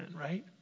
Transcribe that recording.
right